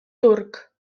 turc